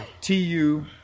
TU